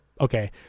okay